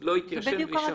לא יתיישן, הוא יישמר.